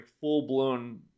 full-blown